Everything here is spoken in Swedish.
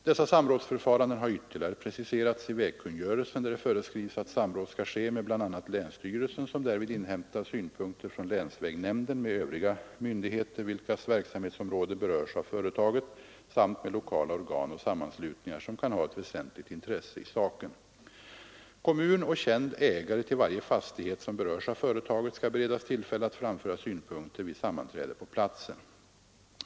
Dessa samrådsförfaranden har ytterligare preciserats i vägkungörelsen, där det föreskrivs att samråd skall ske med bl.a. länsstyrelsen, som därvid inhämtar synpunkter från länsvägnämnden, med övriga myndigheter vilkas verksamhetsområde berörs av företaget samt med lokala organ och sammanslutningar som kan ha ett väsentligt intresse i saken. Kommun och känd ägare till varje fastighet som berörs av företaget skall beredas tillfälle att framföra synpunkter vid sammanträde på platsen.